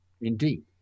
Indeed